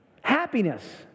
Happiness